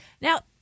now